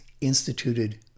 instituted